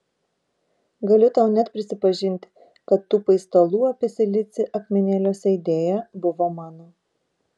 galiu tau net prisipažinti kad tų paistalų apie silicį akmenėliuose idėja buvo mano